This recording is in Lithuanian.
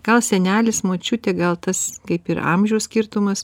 gal senelis močiutė gal tas kaip ir amžiaus skirtumas